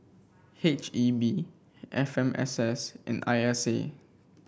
H E B F M S S and I S A